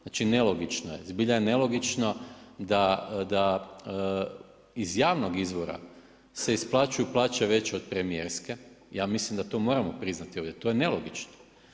Znači nelogično je zbilja nelogično da iz javnog izvora se isplaćuju plaće veće od premijerske, ja mislim da to moramo priznati ovdje, to je nelogično.